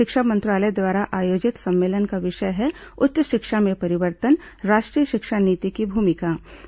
शिक्षा मंत्रालय द्वारा आयोजित सम्मेलन का विषय है उच्च शिक्षा में परिवर्तन राष्ट्रीय शिक्षा नीति की भूमिका